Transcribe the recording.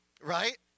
right